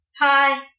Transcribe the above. hi